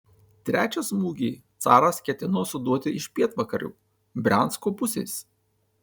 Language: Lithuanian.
trečią smūgį caras ketino suduoti iš pietvakarių briansko pusės